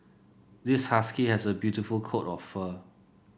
this husky has a beautiful coat of fur